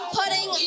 putting